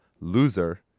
loser